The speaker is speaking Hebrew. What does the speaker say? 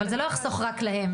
אבל זה לא יחסוך רק להם.